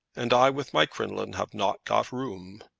and i with my crinoline have not got room.